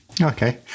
Okay